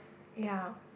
ya